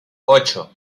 ocho